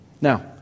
Now